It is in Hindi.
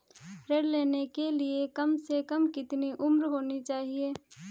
ऋण लेने के लिए कम से कम कितनी उम्र होनी चाहिए?